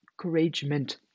couragement